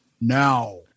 now